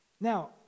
Now